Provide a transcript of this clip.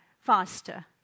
faster